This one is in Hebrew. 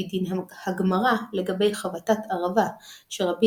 לפי דין הגמרא לגבי חבטת ערבה שרבי